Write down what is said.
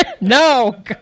No